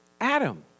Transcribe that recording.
Adam